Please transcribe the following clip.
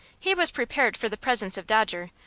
he was prepared for the presence of dodger,